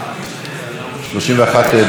31 בעד, 44 מתנגדים.